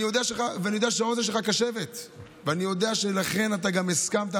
אני יודע שהאוזן שלך קשבת ואני יודע שלכן גם הסכמת,